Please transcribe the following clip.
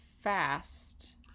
fast